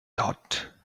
thought